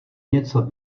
něco